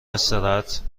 استراحت